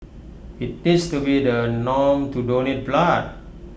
IT deeds to be the norm to donate blood